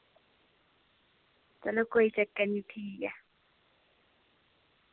चलो कोई चक्कर निं ठीक ऐ